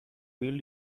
built